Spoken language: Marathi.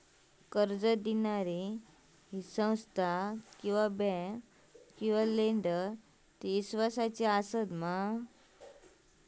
कर्ज दिणारी ही संस्था किवा बँक किवा लेंडर ती इस्वासाची आसा मा?